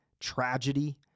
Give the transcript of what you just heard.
tragedy